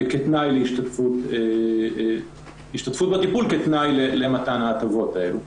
השתתפות בטיפול כתנאי למתן ההטבות הללו.